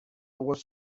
was